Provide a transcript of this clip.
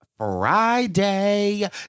Friday